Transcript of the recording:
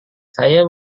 saya